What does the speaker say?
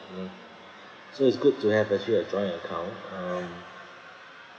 mm so it's good to have actually a joint account um